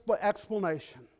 explanation